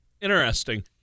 interesting